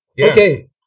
Okay